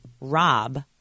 Rob